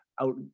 out